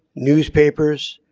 newspapers,